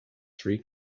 three